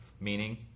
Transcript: meaning